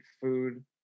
food